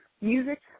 music